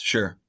Sure